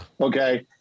Okay